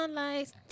lights